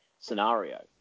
scenario